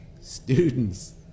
students